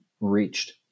reached